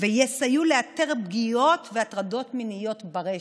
ויסייעו לאתר פגיעות והטרדות מיניות ברשת.